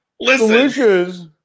Delicious